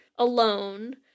alone